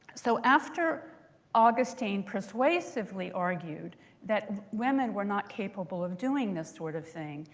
so after augustine persuasively argued that women were not capable of doing this sort of thing,